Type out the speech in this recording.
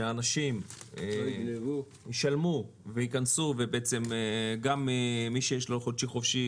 שאנשים ישלמו וייכנסו ובעצם גם מי שיש לו חודשי-חופשי,